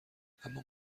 اما